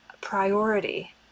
priority